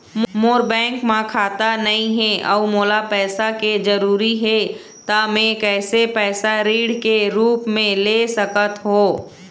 मोर bank म खाता नई हे अउ मोला पैसा के जरूरी हे त मे कैसे पैसा ऋण के रूप म ले सकत हो?